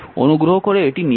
অনুগ্রহ করে এটি নিজেই করুন